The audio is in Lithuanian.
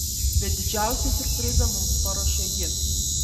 bet didžiausią siurprizą mums paruošė ji